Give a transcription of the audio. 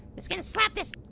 just gonna slap this.